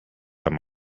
amb